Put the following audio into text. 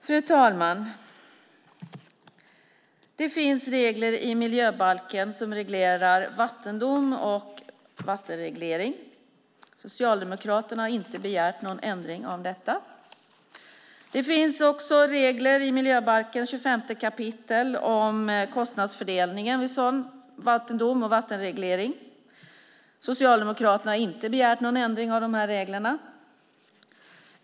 Fru talman! Det finns regler i miljöbalken som reglerar vattendom och vattenreglering. Socialdemokraterna har inte begärt någon ändring av dem. Det finns också regler i 25 kap. miljöbalken om kostnadsfördelningen vid sådan vattendom och vattenreglering. Socialdemokraterna har inte begärt någon ändring av de reglerna.